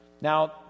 Now